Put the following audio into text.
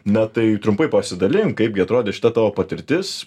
na tai trumpai pasidalink kaipgi atrodė šita tavo patirtis